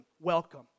Welcome